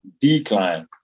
decline